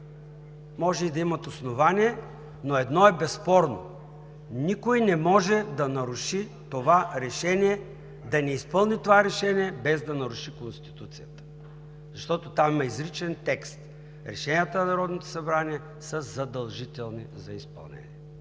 може и да имат основание, но едно е безспорно: никой не може да не изпълни това решение, без да наруши Конституцията, защото там има изричен текст: „Решенията на Народното събрание са задължителни за изпълнение.“